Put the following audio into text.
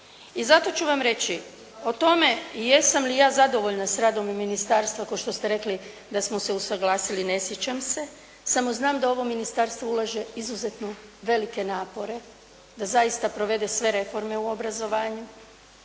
I zato ću vam reći o tome jesam li ja zadovoljna sa radom ministarstva kao što ste rekli da smo se usuglasili, ne sjećam se, smo znam da ovo ministarstvo ulaže izuzetno velike napore da zaista provede sve reforme u obrazovanju